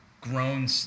grown